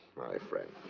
my friend.